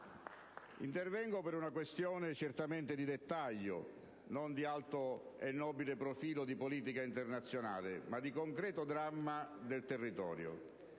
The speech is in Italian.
Intervengo per una questione certamente di dettaglio, non di alto e nobile profilo di politica internazionale, ma di concreto dramma del territorio.